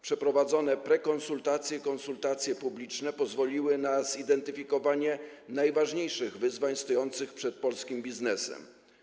Przeprowadzone prekonsultacje i konsultacje publiczne pozwoliły na zidentyfikowanie najważniejszych wyzwań stojących przed polskim biznesem.